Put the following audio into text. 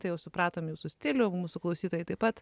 tai jau supratom jūsų stilių mūsų klausytojai taip pat